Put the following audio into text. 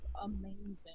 Amazing